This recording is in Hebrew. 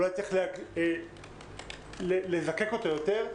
אולי צריך לזקק אותו יותר.